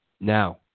Now